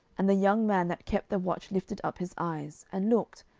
and the young man that kept the watch lifted up his eyes, and looked,